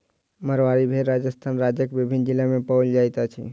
मारवाड़ी भेड़ राजस्थान राज्यक विभिन्न जिला मे पाओल जाइत अछि